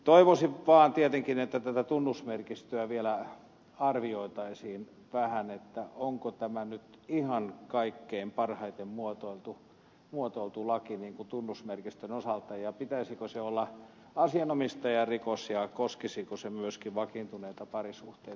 toivoisin vaan tietenkin että tätä tunnusmerkistöä vielä arvioitaisiin vähän onko tämä nyt ihan kaikkein parhaiten muotoiltu laki tunnusmerkistön osalta ja pitäisikö sen olla asianomistajarikos ja koskisiko se myös vakiintuneita parisuhteita perheissä